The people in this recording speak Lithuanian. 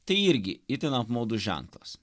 tai irgi itin apmaudus ženklas